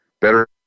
better